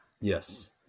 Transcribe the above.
Yes